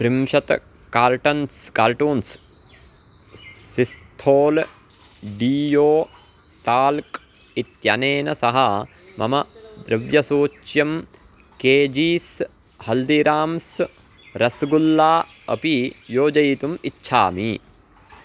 त्रिंशत् cartons cartoons सिस्थोल् deo talc इत्यनेन सह मम द्रव्यसूच्यां केजीस् हल्दिराम्स् रसगुल्ला अपि योजयितुम् इच्छामि